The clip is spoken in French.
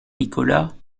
nicolas